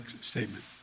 statement